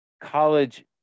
college